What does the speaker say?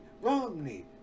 Romney